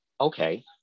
okay